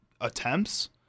attempts